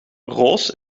roos